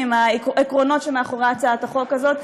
לעקרונות שמאחורי הצעת החוק הזאת.